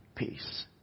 peace